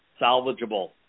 salvageable